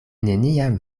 neniam